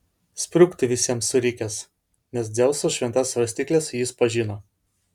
sprukti visiems surikęs nes dzeuso šventas svarstykles jis pažino